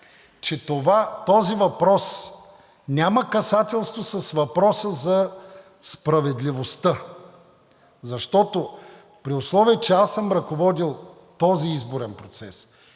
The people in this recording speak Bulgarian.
че този въпрос няма касателство с въпроса за справедливостта. Защото, при условие че аз съм ръководил този изборен процес